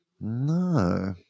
No